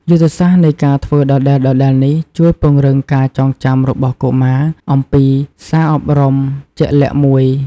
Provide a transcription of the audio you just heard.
យុទ្ធសាស្ត្រនៃការធ្វើដដែលៗនេះ ជួយពង្រឹងការចងចាំរបស់កុមារអំពីសារអប់រំជាក់លាក់មួយ។